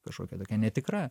kažkokia tokia netikra